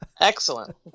excellent